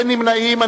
אין נמנעים.